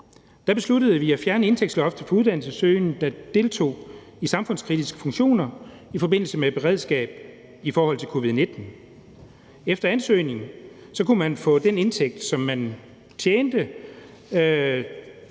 besluttede vi at fjerne indtægtsloftet for uddannelsessøgende, der deltog i samfundskritiske funktioner i forbindelse med beredskab i forhold til covid-19. Efter ansøgning kunne man få lov til at tjene den indtægt, som man tjente,